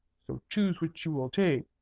so choose which you will take,